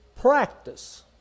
practice